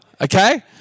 okay